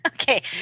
Okay